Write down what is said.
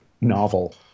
novel